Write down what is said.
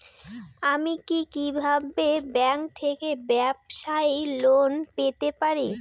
আমি কি কিভাবে ব্যাংক থেকে ব্যবসায়ী লোন পেতে পারি?